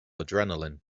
adrenaline